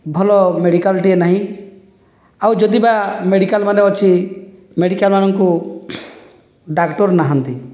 ଭଲ ମେଡ଼ିକାଲଟିଏ ନାହିଁ ଆଉ ଯଦି ବା ମେଡ଼ିକାଲ ମାନେ ଅଛି ମେଡ଼ିକାଲମାନଙ୍କୁ ଡାକ୍ତର ନାହାନ୍ତି